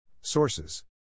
Sources